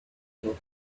you